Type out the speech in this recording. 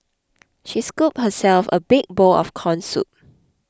she scooped herself a big bowl of Corn Soup